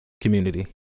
community